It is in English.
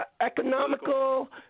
economical